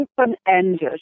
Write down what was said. open-ended